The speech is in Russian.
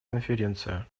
конференция